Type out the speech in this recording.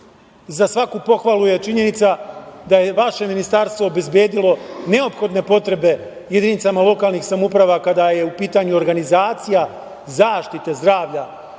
za svaku pohvalu je činjenica da je vaše ministarstvo obezbedilo neophodne potrebe jedinicama lokalnih samouprava kada je u pitanju organizacija zaštite zdravlja